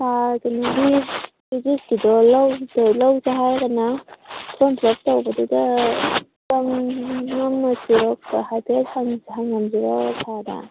ꯀꯩꯅꯣꯒꯤ ꯐꯤꯖꯤꯛꯁꯀꯤꯗꯣ ꯂꯧꯁꯦ ꯍꯥꯏꯔꯒꯅ ꯐꯣꯔꯝ ꯐꯤꯜ ꯂꯞ ꯇꯧꯕꯗꯨꯗ ꯆꯪꯉꯝꯃꯁꯤꯔꯣ ꯍꯥꯏꯐꯦꯠ ꯍꯪꯉꯝꯁꯤꯔꯣ ꯁꯥꯔꯗ